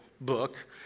book